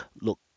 look